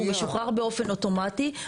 הוא משוחרר באופן אוטומטי.